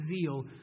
zeal